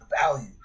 value